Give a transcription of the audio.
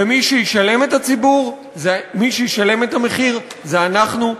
ומי שישלם את המחיר זה אנחנו,